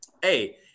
hey